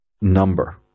number